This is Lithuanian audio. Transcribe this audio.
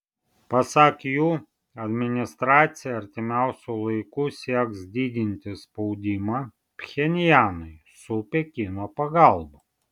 pasak jų administracija artimiausiu laiku sieks didinti spaudimą pchenjanui su pekino pagalba